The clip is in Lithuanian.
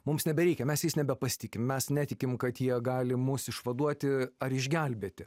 mums nebereikia mes jais nebepasitikim mes netikim kad jie gali mus išvaduoti ar išgelbėti